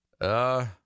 Uh